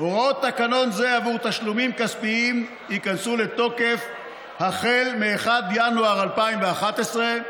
"הוראות תקנון זה עבור תשלומים כספיים ייכנסו לתוקף ב-1 בינואר 2011,